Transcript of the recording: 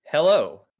Hello